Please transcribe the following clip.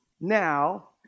now